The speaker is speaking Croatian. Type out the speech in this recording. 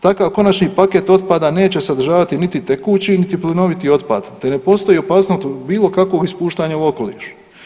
Takav konačni paket otpada neće sadržavati niti tekući niti plinoviti otpad, te ne postoji otpad od bilo kakvog ispuštanja u okoliš.